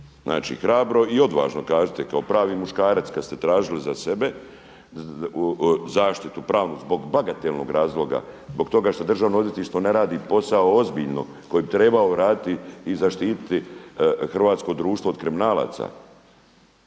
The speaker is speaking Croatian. Znači hrabro i odvažno kažite kao pravi muškarac, kad ste tražili za sebe zaštitu pravnu zbog bagatelnog razloga, zbog toga što državno odvjetništvo ne radi posao ozbiljno, koji bi trebao raditi i zaštititi hrvatsko društvo od kriminalaca